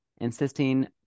insisting